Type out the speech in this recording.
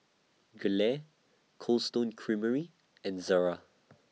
Gelare Cold Stone Creamery and Zara